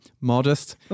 modest